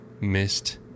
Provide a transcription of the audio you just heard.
missed